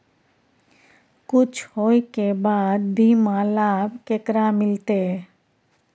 कुछ होय के बाद बीमा लाभ केकरा मिलते?